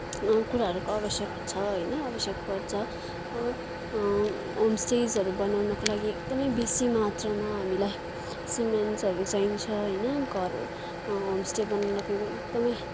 कुराहरूको आवश्यक छ होइन आवश्यक पर्छ होमस्टेसहरू बनाउनको लागि एकदमै बेसी मात्रामा हामीलाई सिमेट्सहरू चाहिन्छ होइन घर होमस्टे बनाउनका लागि एकदमै